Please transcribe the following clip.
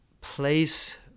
place